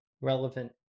relevant